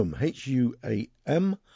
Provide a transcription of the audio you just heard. H-U-A-M